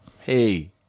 Hey